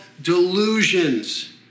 delusions